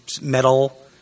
metal